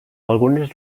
algunes